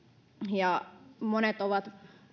monet ovat